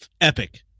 epic